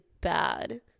bad